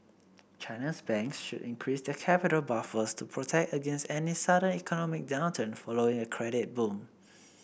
China's banks should increase the capital buffers to protect against any sudden economic downturn following a credit boom